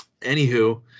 anywho